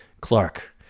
Clark